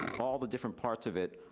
all the different parts of it,